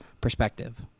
perspective